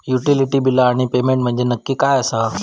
Utility बिला आणि payment म्हंजे नक्की काय आसा?